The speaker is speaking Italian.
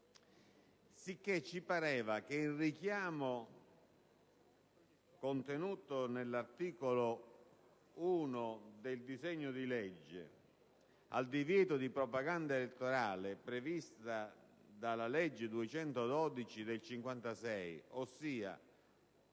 sicché ci pareva che il richiamo contenuto nell'articolo 1 del disegno di legge al divieto di propaganda elettorale previsto dalla legge n. 212 del 1956, ossia